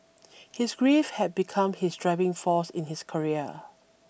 his grief had become his driving force in his career